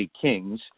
Kings